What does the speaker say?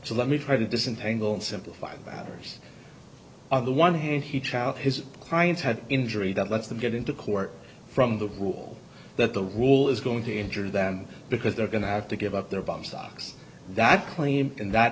so let me try to disentangle and simplified others of the one hand he child his clients have injury that lets them get into court from the rule that the rule is going to injure them because they're gay i have to give up their bum socks that claim that